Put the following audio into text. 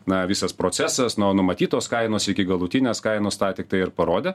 na visas procesas nuo numatytos kainos iki galutinės kainos tą tiktai ir parodė